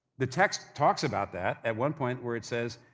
the text talks about that, at one point, where it says,